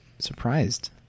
Surprised